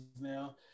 now